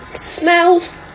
smells